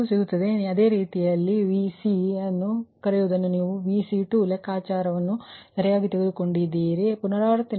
ಈ Q2 ಸಿಗುತ್ತದೆ ಮತ್ತು ಒಮ್ಮೆ ನೀವು ಅದೇ ರೀತಿಯಲ್ಲಿ ಪಡೆದ ನಂತರ ನೀವು Vc ಎಂದು ಕರೆಯುವದನ್ನು ನೀವು Vc2 ಲೆಕ್ಕಾಚಾರವನ್ನು ಸರಿಯಾಗಿ ತೆಗೆದುಕೊಂಡಿದ್ದೀರಿ ಎಂದು ನೀವು ಲೆಕ್ಕ ಹಾಕುತ್ತೀರಿ